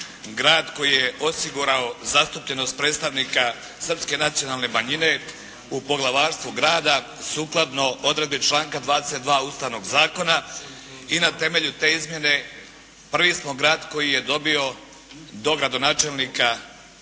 grad koji je osigurao zastupljenost predstavnika srpske nacionalne manjine u poglavarstvu grada sukladno odredbi članka 22. Ustavnog zakona i na temelju te izmjene prvi smo grad koji je dobio dogradonačelnika